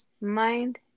mind